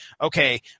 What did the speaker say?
okay